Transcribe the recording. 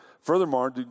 Furthermore